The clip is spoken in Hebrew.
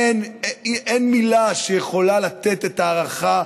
אין מילה שיכולה לתת את ההערכה,